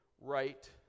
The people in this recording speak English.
right